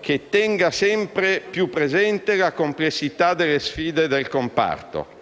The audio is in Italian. che tenga sempre più presente la complessità delle sfide del comparto,